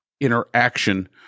interaction